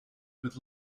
with